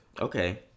Okay